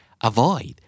Avoid